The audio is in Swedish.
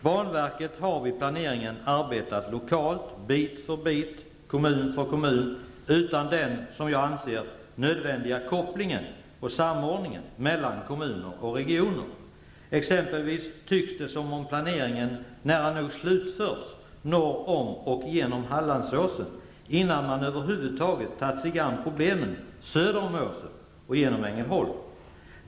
Banverket har vid planeringen arbetat lokalt bit för bit och kommun för kommun utan den, som jag anser, nödvändiga kopplingen och samordningen mellan kommuner och regioner. Exempelvis tycks det som om planeringen nära nog slutförts norr om och genom Hallandsåsen innan man över huvud taget har tagit sig an problemen söder om åsen och genom Ängelholm.